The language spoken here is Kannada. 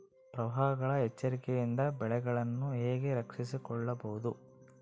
ಪ್ರವಾಹಗಳ ಎಚ್ಚರಿಕೆಯಿಂದ ಬೆಳೆಗಳನ್ನು ಹೇಗೆ ರಕ್ಷಿಸಿಕೊಳ್ಳಬಹುದು?